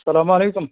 سلام وعلیکُم